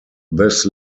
this